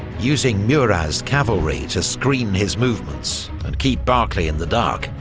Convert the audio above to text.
using murat's cavalry to screen his movements and keep barclay in the dark,